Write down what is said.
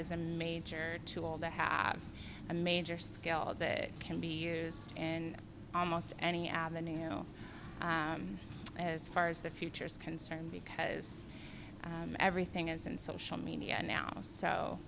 is a major tool to have a major scale that can be used in almost any avenue you know as far as the future is concerned because everything is in social media now so